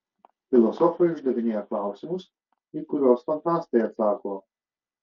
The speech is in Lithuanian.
filosofai uždavinėja klausimus į kuriuos fantastai atsako